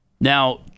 Now